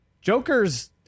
Joker's